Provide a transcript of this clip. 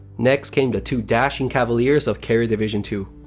next came to two dashing cavaliers of carrier division two.